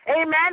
Amen